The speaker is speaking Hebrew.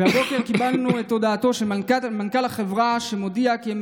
והבוקר קיבלנו את הודעתו של מנכ"ל החברה כי הם